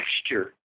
texture